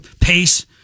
pace